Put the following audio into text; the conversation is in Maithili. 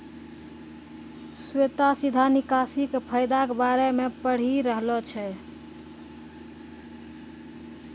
श्वेता सीधा निकासी के फायदा के बारे मे पढ़ि रहलो छै